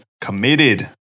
committed